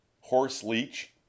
horse-leech